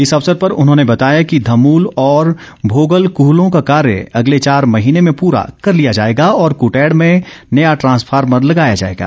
इस अवसर पर उन्होंने बताया कि धमूल और भोगल कूहलों का कार्य अगले चार महीने में पूरा कर लिया जाएगा और कुटैड में नया ट्रांसफार्मर लगाया जाएगा